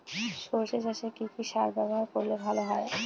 সর্ষে চাসে কি কি সার ব্যবহার করলে ভালো হয়?